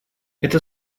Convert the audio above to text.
это